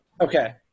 Okay